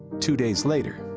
two days later,